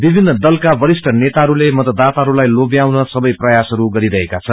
विभिन्न दलाका वरिष्ठ नेताहरूले मतदाताहरूलाई लोम्याउन सबै प्रयासहरू गरिरहेका छन्